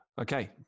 Okay